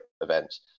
events